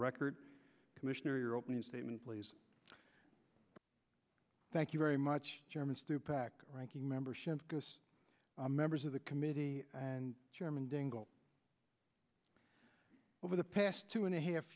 record commissioner your opening statement please thank you very much german's to pack ranking member shimkus members of the committee and chairman dingell over the past two and a half